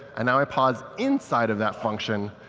and now i pause inside of that function,